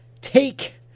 take